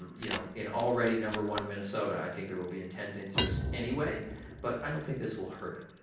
you know in already number one minnesota, i think there will be intense interest anyway but i don't think this will hurt it.